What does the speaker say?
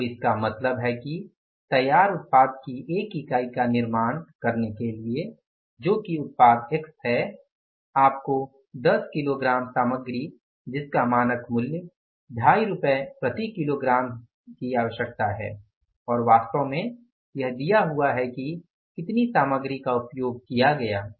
तो इसका मतलब है कि तैयार उत्पाद की 1 इकाई का निर्माण करने के लिए है जो कि उत्पाद x है आपको 10 किलोग्राम सामग्री जिसका मानक मूल्य 25 रुपये प्रति किलोग्राम की आवश्यकता है और वास्तव में यह दिया हुआ है कि कितनी सामग्री का उपयोग किया गया है